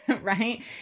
right